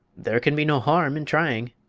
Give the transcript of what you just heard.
there can be no harm in trying.